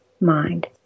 mind